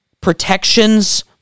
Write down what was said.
Protections